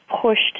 pushed